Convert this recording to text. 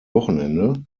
wochenende